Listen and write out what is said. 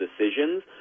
decisions